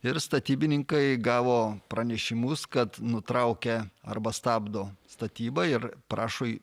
ir statybininkai gavo pranešimus kad nutraukia arba stabdo statybą ir prašo